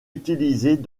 utilisés